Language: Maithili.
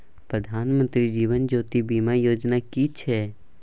प्रधानमंत्री जीवन ज्योति बीमा योजना कि छिए?